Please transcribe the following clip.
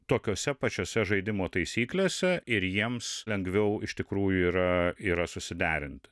tokiose pačiose žaidimo taisyklėse ir jiems lengviau iš tikrųjų yra yra susiderinti